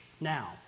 now